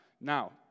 now